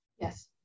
Yes